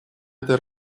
этой